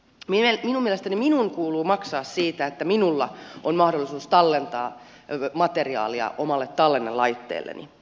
minun mielestäni minun kuuluu maksaa siitä että minulla on mahdollisuus tallentaa materiaalia omalle tallennelaitteelleni